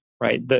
right